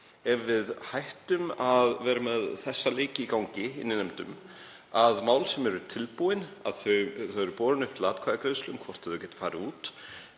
ef við hættum að vera með þennan leik í gangi í nefndum, að mál sem eru tilbúin séu borin upp til atkvæðagreiðslu um hvort þau geti farið út